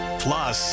plus